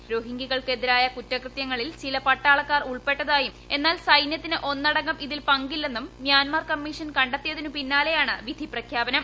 റോഹിങ്കൃകൾക്ക് എതിരായ കുറ്റകൃതൃങ്ങളിൽ ചില പട്ടാളക്കാർ ഉൾപ്പെട്ടതായും എന്നാൽ സൈന്യത്തിന് ഒന്നടങ്കം ഇതിൽ പങ്കില്ലെന്നും മ്യാൻമാർ കമ്മീഷൻ കണ്ടെത്തിയതിനു പിന്നാലെയാണ് വിധി പ്രഖ്യാപനം